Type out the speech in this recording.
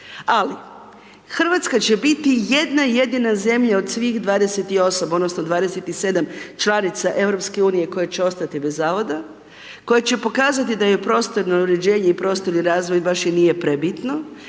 Ali Hrvatska će biti jedna jedina zemlja od svih 28 odnosno 27 članica EU koja će ostati bez zavoda, koja će pokazati da joj prostorno uređenje i prostorni razvoj baš i nje prebitno.